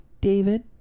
David